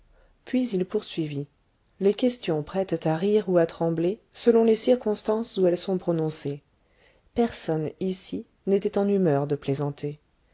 puis il poursuivit les questions prêtent à rire ou à trembler selon les circonstances où elles sont prononcées personne ici n'était en humeur de plaisanter